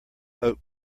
oat